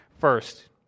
First